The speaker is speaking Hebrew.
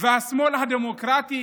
והשמאל הדמוקרטי